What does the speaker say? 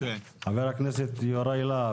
חבר הכנסת יוראי להב,